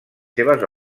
seves